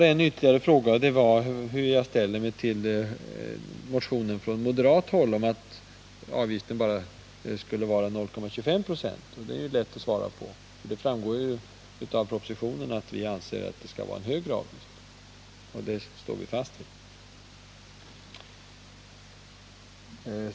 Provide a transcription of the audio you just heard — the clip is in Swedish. Möjligen återstår ännu en fråga, nämligen hur jag ställer mig till den moderata motion som går ut på att avgiften bör uppgå till endast 0,25 96. Det är lätt att svara på detta. Vi anser att det skall vara en högre avgift. Detta framgår också av propositionen, och den står vi fast vid.